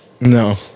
No